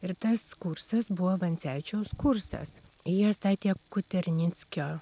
ir tas kursas buvo vancevičiaus kursas jie statė kuternickio